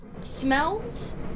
smells